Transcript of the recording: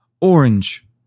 orange